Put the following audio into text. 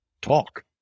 talk